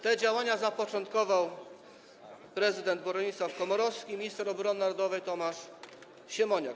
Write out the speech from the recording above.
Te działania zapoczątkowali prezydent Bronisław Komorowski i minister obrony narodowej Tomasz Siemoniak.